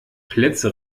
plätze